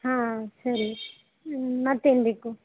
ಹಾಂ ಸರಿ ಮತ್ತೇನು ಬೇಕು